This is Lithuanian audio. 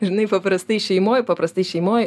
žinai paprastai šeimoj paprastai šeimoj